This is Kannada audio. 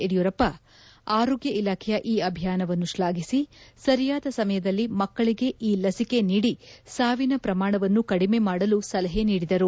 ಯಡಿಯೂರಪ್ಪ ಆರೋಗ್ಯ ಇಲಾಖೆಯ ಈ ಅಭಿಯಾನವನ್ನು ಶ್ಲಾಫಿಸಿ ಸರಿಯಾದ ಸಮಯದಲ್ಲಿ ಮಕ್ಕಳಿಗೆ ಈ ಲಸಿಕೆ ನೀಡಿ ಸಾವಿನ ಪ್ರಮಾಣವನ್ನು ಕಡಿಮೆ ಮಾಡಲು ಸಲಹೆ ನೀಡಿದರು